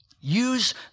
Use